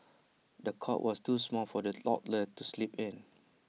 the cot was too small for the toddler to sleep in